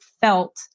felt